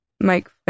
Mike